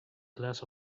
glass